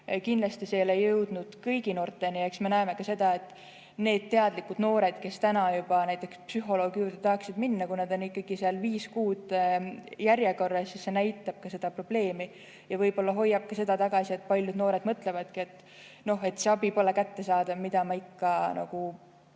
Kindlasti see ei ole jõudnud kõigi noorteni. Eks me näeme ka seda, et need teadlikud noored, kes täna juba näiteks psühholoogi juurde tahaksid minna, on ikkagi viis kuud järjekorras. See näitabki seda probleemi ja võib-olla hoiab seda tagasi, et paljud noored mõtlevad, et see abi pole kättesaadav, mida ma ikka